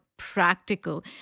practical